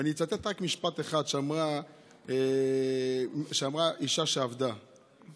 ואני אצטט רק משפט אחד שאמרה אישה שעבדה: